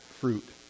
fruit